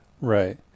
Right